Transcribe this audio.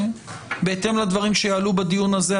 בהתאם לדברים שיעלו בדיון הזה,